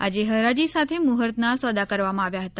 આજે ફરાજી સાથે મુહૂર્તના સોદા કરવામાં આવ્યા હતા